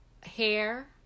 hair